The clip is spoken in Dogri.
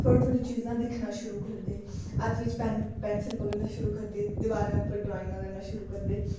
थोह्ड़ी थोह्ड़ी चीजां दिक्खना शुरू करदे हत्थ बिच्च पैन पैंसल पगड़ना शुरू करदे दिवारें उप्पर ड्रांइगां करना शुरू करदे